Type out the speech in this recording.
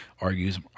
argues